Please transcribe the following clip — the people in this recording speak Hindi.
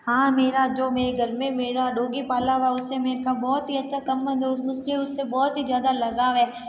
हाँ मेरा जो मेरे घर में मेरा डोगी पाला हुआ है उसे मेरा बहुत ही अच्छा संबंध है उससे मेरा बहुत ही ज़्यादा लगाव है